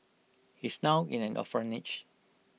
he's now in an orphanage